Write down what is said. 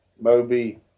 Moby